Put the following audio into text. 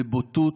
בבוטות,